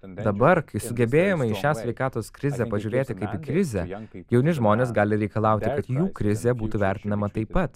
dabar kai sugebėjome į šią sveikatos krizę pažiūrėti kaip į krizę jauni žmonės gali reikalauti kad jų krizė būtų vertinama taip pat